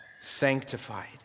sanctified